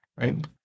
right